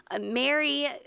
Mary